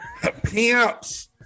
pimps